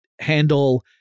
handle